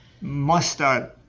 mustard